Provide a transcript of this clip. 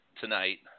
tonight